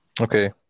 Okay